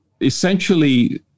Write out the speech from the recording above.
essentially